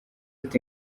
ati